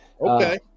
Okay